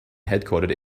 headquartered